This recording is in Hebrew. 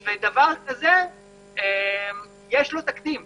לדבר כזה יש כבר תקדים,